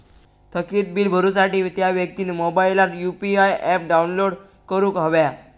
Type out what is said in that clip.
थकीत बील भरुसाठी त्या व्यक्तिन मोबाईलात यु.पी.आय ऍप डाउनलोड करूक हव्या